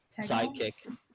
Sidekick